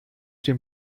dem